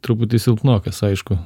truputį silpnokas aišku